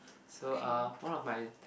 so uh one of my